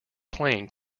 plane